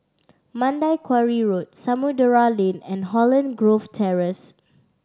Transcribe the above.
Mandai Quarry Road Samudera Lane and Holland Grove Terrace